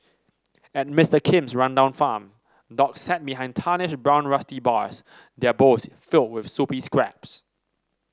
at Mister Kim's rundown farm dogs sat behind tarnished brown rusty bars their bowls filled with soupy scraps